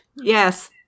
yes